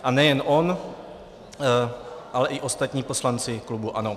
A nejen on, ale i ostatní poslanci klubu ANO.